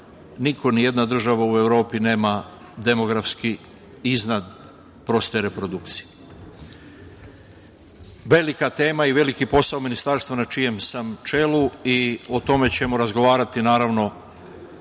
niko, ni jedan država u Evropi nema demografski iznad proste reprodukcije. Velika je tema i veliki posao ministarstva na čijem sam čelu i o tome ćemo razgovarati, naravno,